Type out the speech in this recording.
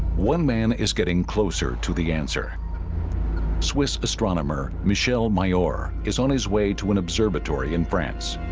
one man is getting closer to the answer swiss astronomer michelle my or is on his way to an observatory in france